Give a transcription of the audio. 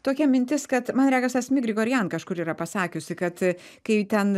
tokia mintis kad man regis asmik grigorian kažkur yra pasakiusi kad kai ten